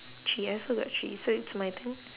three I also got three so it's my turn